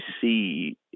see